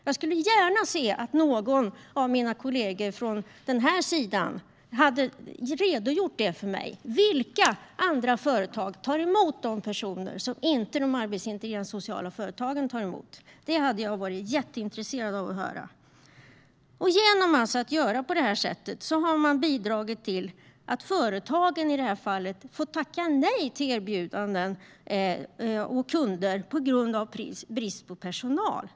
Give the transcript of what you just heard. Jag skulle gärna se att någon av mina kollegor från den andra sidan hade redogjort för mig vilka andra företag som tar emot de personer som inte de arbetsintegrerande sociala företagen tar emot. Det hade jag varit jätteintresserad av att höra. På det här sättet har man bidragit till att företagen i det här fallet har fått tacka nej till erbjudanden och kunder på grund av brist på personal.